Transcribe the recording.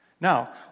Now